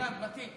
לא זקן, ותיק.